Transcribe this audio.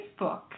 Facebook